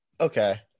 Okay